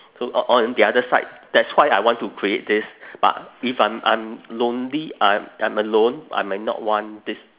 so o~ on the other side that's why I want to create this but if I'm I'm lonely I I'm alone I might not want this